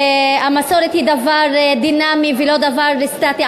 המסורת היא דבר דינמי, ולא דבר סטטי.